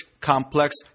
complex